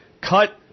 Cut